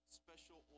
special